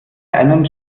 einen